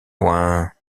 loin